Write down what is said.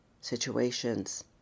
situations